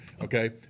okay